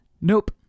Nope